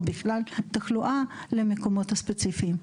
או בכלל תחלואה למקומות הספציפיים.